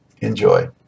Enjoy